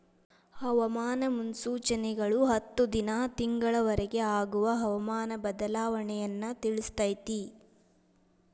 ಹವಾಮಾನ ಮುನ್ಸೂಚನೆಗಳು ಹತ್ತು ದಿನಾ ತಿಂಗಳ ವರಿಗೆ ಆಗುವ ಹವಾಮಾನ ಬದಲಾವಣೆಯನ್ನಾ ತಿಳ್ಸಿತೈತಿ